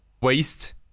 waste